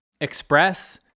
express